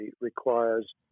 requires